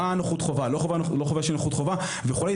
נוכחות חובה או לא נוכחות חובה וכו'.